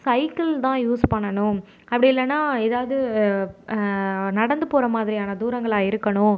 cycle தான் use பண்ணனும் அப்படி இல்லைனா எதாவது நடந்து போகிற மாதிரியான தூரங்களாக இருக்கணும்